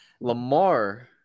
Lamar